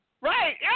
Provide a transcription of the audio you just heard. Right